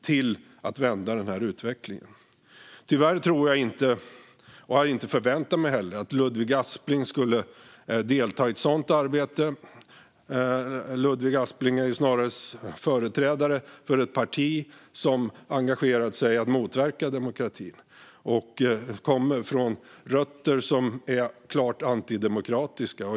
Tyvärr tror jag inte - och jag hade heller inte förväntat mig - att Ludvig Aspling skulle delta i ett sådant arbete. Ludvig Aspling är ju företrädare för ett parti som engagerat sig i att motverka demokratin och som har rötter som är klart antidemokratiska.